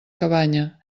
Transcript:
cabanya